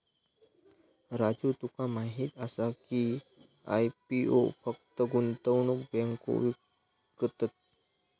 राजू तुका माहीत आसा की, आय.पी.ओ फक्त गुंतवणूक बँको विकतत?